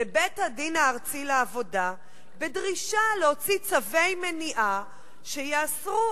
לבית-הדין הארצי לעבודה בדרישה להוציא צווי מניעה שיאסרו